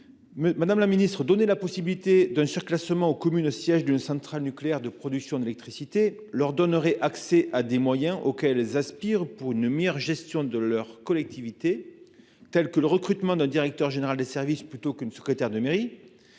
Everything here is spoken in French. adaptée. Donner la possibilité d'un surclassement aux communes sièges d'un centre nucléaire de production d'électricité leur donnerait accès à des moyens auxquels elles aspirent pour une meilleure gestion de leur collectivité, tels que le recrutement d'un directeur général des services plutôt que d'un secrétaire de mairie,